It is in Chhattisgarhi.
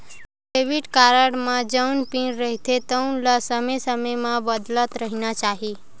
डेबिट कारड म जउन पिन रहिथे तउन ल समे समे म बदलत रहिना चाही